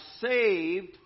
saved